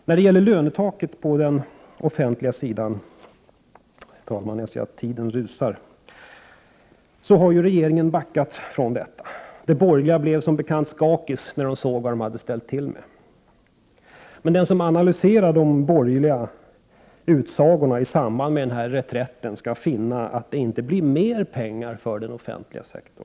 När det gäller lönetaket på den offentliga sidan har regeringen backat från detta. De borgerliga blev som bekant skakis när de såg vad de hade ställt till med. Men den som analyserar de borgerliga utsagorna i samband med reträtten skall finna att det inte blir mer pengar för den offentliga sektorn.